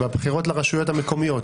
בבחירות לרשויות המקומיות.